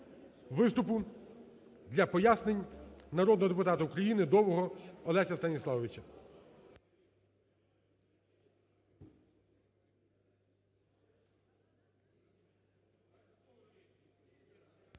виступу для пояснень народного депутата України Довгого Олеся Станіславовича.